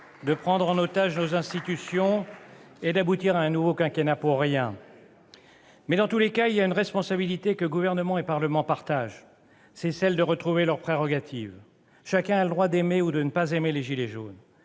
de prendre en otage nos institutions et d'aboutir à un nouveau quinquennat pour rien. Dans tous les cas, il y a une responsabilité que Gouvernement et Parlement partagent. C'est celle de retrouver leurs prérogatives. Chacun a le droit d'aimer ou de ne pas aimer les « gilets jaunes